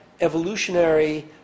evolutionary